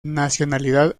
nacionalidad